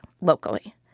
locally